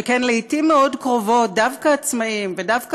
שכן לעתים מאוד קרובות דווקא עצמאים ודווקא